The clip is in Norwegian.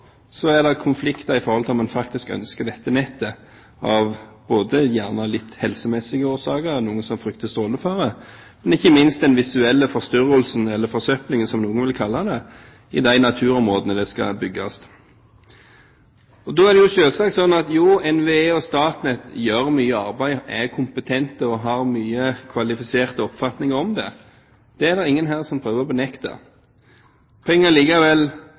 er det konflikter som handler om hvorvidt man faktisk ønsker dette nettet, gjerne av helsemessige årsaker – det er noen som frykter strålefare – men ikke minst på grunn av den visuelle forstyrrelsen, eller forsøplingen, som noen vil kalle det, i de naturområdene der det skal bygges. NVE og Statnett gjør selvsagt mye arbeid, er kompetente og har mange kvalifiserte oppfatninger om det, det er det ingen her som prøver å benekte. Poenget er likevel: